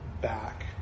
back